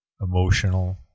emotional